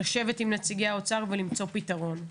לשבת עם נציגי האוצר ולמצוא פתרון.